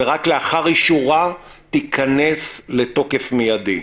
ורק לאחר אישורה תיכנס לתוקף מיידי."